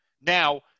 Now